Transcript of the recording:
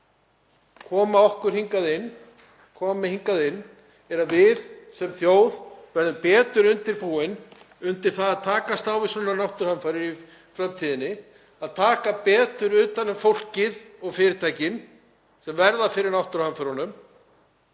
sem Grindvíkingar koma með hingað inn, að við sem þjóð verðum betur undirbúin undir að takast á við svona náttúruhamfarir í framtíðinni, að taka betur utan um fólkið og fyrirtækin sem verða fyrir náttúruhamförum,